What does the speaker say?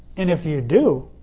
and if you do,